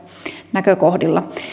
näkökohdilla